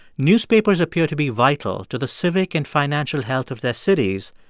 newspapers appear to be vital to the civic and financial health of their cities,